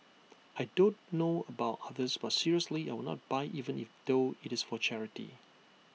I don't know about others but seriously I will not buy even if though it's for charity